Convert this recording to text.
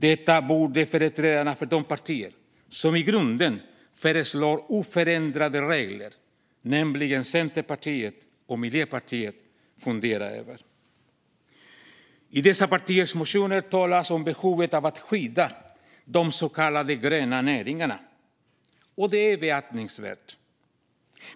Det borde företrädarna för de partier som i grunden föreslår oförändrade regler, nämligen Centerpartiet och Miljöpartiet, fundera över. I dessa partiers motioner talas det om behovet av att skydda de så kallade gröna näringarna. Det är beaktansvärt.